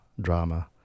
drama